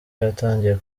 yatangiye